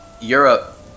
Europe